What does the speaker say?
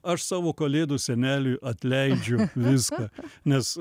aš savo kalėdų seneliui atleidžiu viską nes